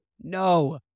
No